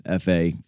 Fa